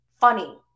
funny